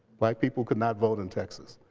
black people could not vote in texas.